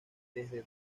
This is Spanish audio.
desde